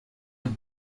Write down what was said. den